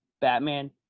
Batman